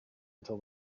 until